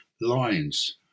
lines